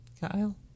Kyle